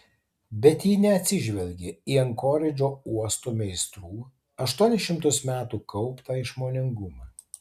bet ji neatsižvelgė į ankoridžo uosto meistrų aštuonis šimtus metų kauptą išmoningumą